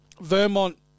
Vermont